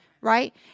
right